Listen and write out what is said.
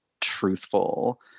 truthful